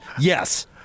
Yes